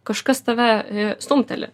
kažkas tave stumteli